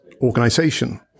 organization